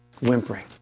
Whimpering